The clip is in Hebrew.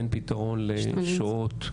אין פתרון לשוהות,